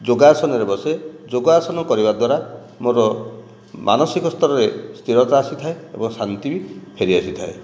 ଯୋଗାସନରେ ବସେ ଯୋଗାସନ କରିବା ଦ୍ୱାରା ମୋର ମାନସିକ ସ୍ତରରେ ସ୍ଥିରତା ଆସିଥାଏ ଏବଂ ଶାନ୍ତି ବି ଫେରି ଆସିଥାଏ